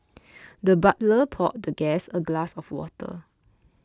the butler poured the guest a glass of water